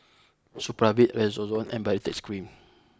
Supravit Redoxon and Baritex Cream